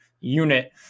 unit